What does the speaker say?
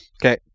Okay